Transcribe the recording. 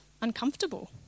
uncomfortable